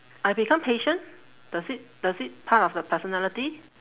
I become patient does it does it part of the personality